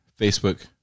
Facebook